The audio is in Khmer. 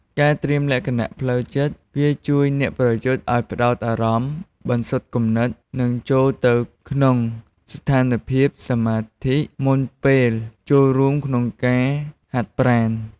ការត្រៀមលក្ខណៈផ្លូវចិត្ត វាជួយអ្នកប្រយុទ្ធឱ្យផ្តោតអារម្មណ៍ បន្សុទ្ធគំនិត និងចូលទៅក្នុងស្ថានភាពសមាធិមុនពេលចូលរួមក្នុងការហាត់ប្រាណ។